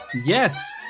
yes